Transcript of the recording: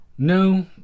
No